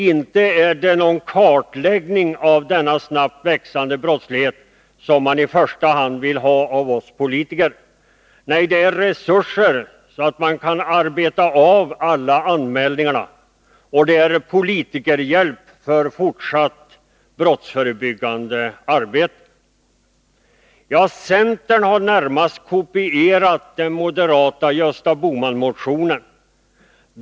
Inte är det någon kartläggning av denna snabbt växande brottslighet som de i första hand vill ha av oss politiker. Nej, det är resurser, så att de kan arbeta av alla anmälningarna, och politikerhjälp för fortsatt brottsförebyggande arbete. Centern har närmast kopierat den moderata partimotionen.